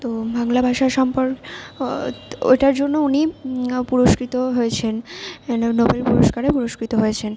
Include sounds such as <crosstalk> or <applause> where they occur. তো বাংলা ভাষা <unintelligible> ওটার জন্য উনি পুরস্কৃতও হয়েছেন নোবেল পুরস্কারে পুরস্কৃত হয়েছেন